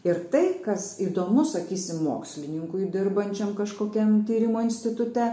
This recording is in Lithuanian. ir tai kas įdomu sakysim mokslininkui dirbančiam kažkokiam tyrimo institute